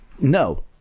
no